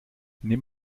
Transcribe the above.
nimm